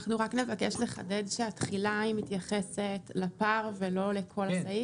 אנחנו רק נבקש לחדד שהתחילה היא מתייחסת לפער ולא לכל הסעיף.